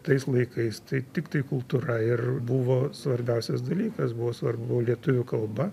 tais laikais tai tiktai kultūra ir buvo svarbiausias dalykas buvo svarbu lietuvių kalba